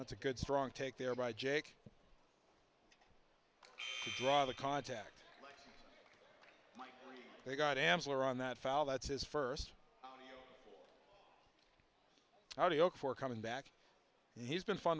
that's a good strong take there by jake draw the contact they got amsler on that fall that's his first rodeo for coming back and he's been fun